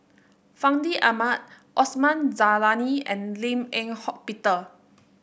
Fandi Ahmad Osman Zailani and Lim Eng Hock Peter